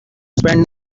spend